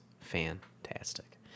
fantastic